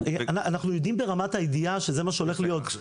אנחנו יודעים ברמת הידיעה שזה מה שהולך להיות.